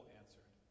answered